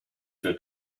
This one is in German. für